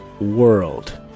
world